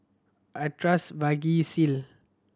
I trust Vagisil